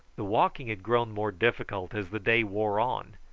the walking had grown more difficult as the day wore on,